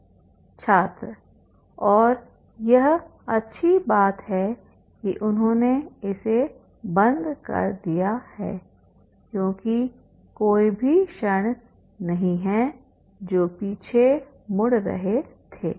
छात्र और यह अच्छी बात है कि उन्होंने इसे बंद कर दिया है क्योंकि कोई भी क्षण नहीं है जो पीछे मुड़ रहे थे